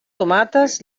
tomates